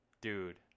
dude